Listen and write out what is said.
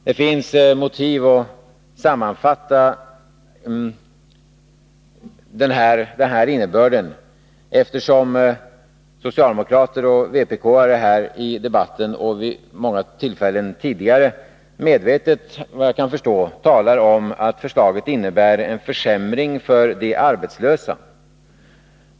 Det finns anledning att säga detta, eftersom socialdemokrater och vpk-are här i debatten och vid många tidigare tillfällen medvetet — vad jag kan förstå — talar om att förslaget innebär en försämring för de arbetslösa.